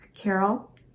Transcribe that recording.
Carol